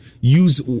use